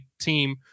team